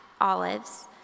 Olives